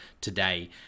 today